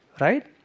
Right